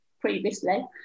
previously